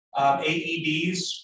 AEDs